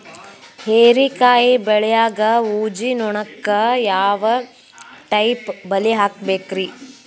ಹೇರಿಕಾಯಿ ಬೆಳಿಯಾಗ ಊಜಿ ನೋಣಕ್ಕ ಯಾವ ಟೈಪ್ ಬಲಿ ಹಾಕಬೇಕ್ರಿ?